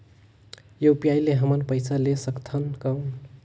UPI ले हमन पइसा ले सकथन कौन?